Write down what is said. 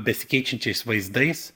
besikeičiančiais vaizdais